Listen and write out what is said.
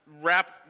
wrap